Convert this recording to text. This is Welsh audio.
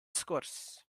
sgwrs